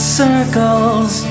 circles